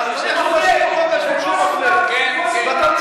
אתה קראת